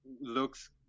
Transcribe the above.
looks